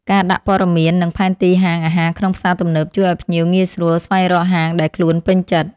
ការដាក់ព័ត៌មាននិងផែនទីហាងអាហារក្នុងផ្សារទំនើប ជួយឱ្យភ្ញៀវងាយស្រួលស្វែងរកហាងដែលខ្លួនពេញចិត្ត។